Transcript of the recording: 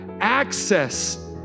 access